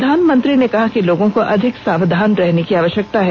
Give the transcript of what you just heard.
प्रधानमंत्री ने कहा कि लोगों को अधिक सावधान रहने की आवश्यकता है